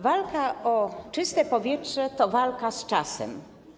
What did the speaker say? Walka o czyste powietrze to walka z czasem.